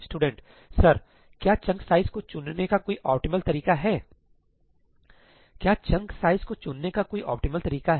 स्टूडेंटसर क्या chunk size को चुनने का कोई ऑप्टिमल तरीका है क्या चंक साइज़ को चुनने का कोई ऑप्टिमल तरीका है